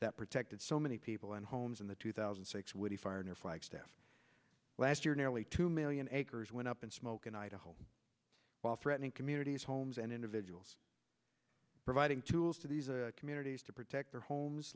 that protected so many people and homes in the two thousand and six wood fire near flagstaff last year nearly two million acres went up in smoke in idaho while threatening communities homes and individuals providing tools to these communities to protect their homes